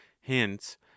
hence